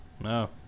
No